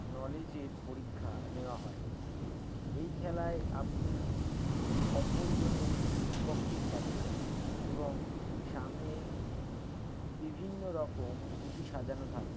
নলেজের পরীক্ষা নেওয়া হয় এই খেলায় আপনি অপরজনের বিপক্ষে খেলেন এবং সামনে বিভিন্ন রকম গুটি সাজানো থাকে